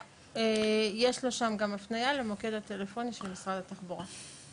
ויש לו שם הפניה למוקד הטלפונים של משרד התחבורה.